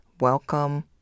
welcome